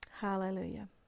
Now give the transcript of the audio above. Hallelujah